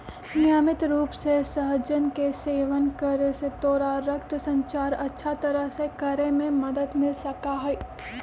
नियमित रूप से सहजन के सेवन करे से तोरा रक्त संचार अच्छा तरह से करे में मदद मिल सका हई